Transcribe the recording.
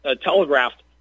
telegraphed